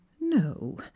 no